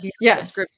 Yes